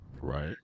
Right